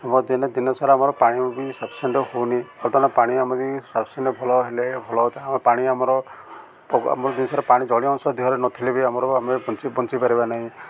ଦିନେ ଆମର ପାଣି ବି ସଫିସିଏଣ୍ଟ ହେଉନି ବର୍ତ୍ତମାନ ପାଣି ଆମର ସଫିସିଏଣ୍ଟ ଭଲ ହେଲେ ଭଲ ପାଣି ଆମର ଆମ ଜିନିଷରେ ପାଣି ଜଳୀୟଅଂଶ ଦେହରେ ନଥିଲେ ବି ଆମର ଆମେ ବଞ୍ଚିପାରିବା ନାହିଁ